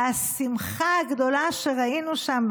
השמחה הגדולה שראינו שם,